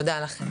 תודה לכם.